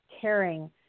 caring